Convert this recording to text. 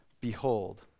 behold